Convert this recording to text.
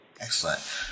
Excellent